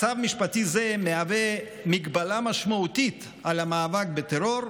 מצב משפטי זה מהווה הגבלה משמעותית על המאבק בטרור,